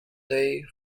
day